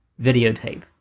videotape